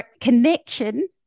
connection